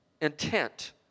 intent